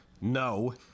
no